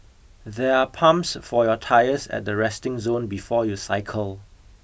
there are pumps for your tyres at the resting zone before you cycle